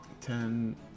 Ten